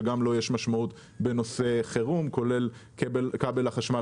שגם לו יש משמעות בנושא חירום כולל כבל החשמל